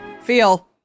Feel